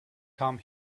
come